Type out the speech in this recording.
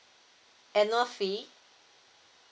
at no fee